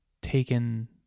taken